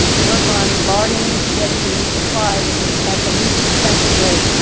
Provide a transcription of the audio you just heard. work on bargaining to get the the supplies at the at the least expensive rate,